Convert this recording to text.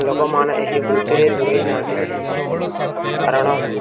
ଲୋକମାନେ ଏହି ବୃତ୍ତିରେ ଦୂରେଇ ଯାଆନ୍ତି ନାହିଁ କାରଣ